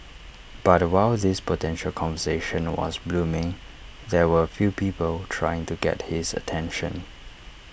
but while this potential conversation was blooming there were A few people trying to get his attention